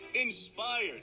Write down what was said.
Inspired